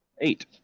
Eight